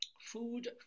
Food